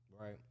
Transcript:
Right